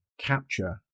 capture